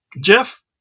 Jeff